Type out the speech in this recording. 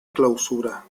clausura